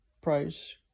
price